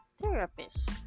therapist